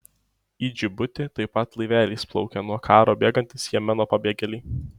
į džibutį taip pat laiveliais plaukia nuo karo bėgantys jemeno pabėgėliai